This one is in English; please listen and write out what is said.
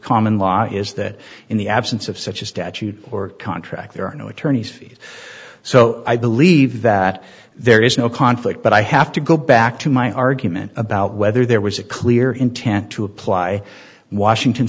common law is that in the absence of such a statute or contract there are no attorney's fees so i believe that there is no conflict but i have to go back to my argument about whether there was a clear intent to apply washington